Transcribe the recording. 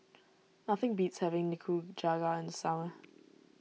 nothing beats having Nikujaga in the summer